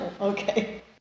Okay